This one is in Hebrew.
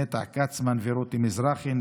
נטע כצמן ורותי מזרחי,